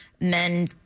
men